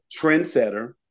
trendsetter